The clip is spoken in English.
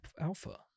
Alpha